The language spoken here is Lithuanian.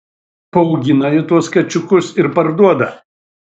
paaugina ji tuos kačiukus ir parduoda